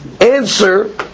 answer